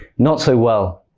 not so well.